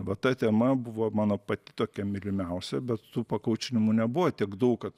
va ta tema buvo mano pati tokia mylimiausia bet tų pakoučinimų nebuvo tiek daug kad